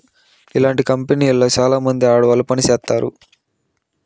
ఇలాంటి కంపెనీలో చాలామంది ఆడవాళ్లు పని చేత్తారు